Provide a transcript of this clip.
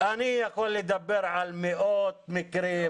אני יכול לדבר על מאות מקרים,